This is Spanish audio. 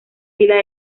fila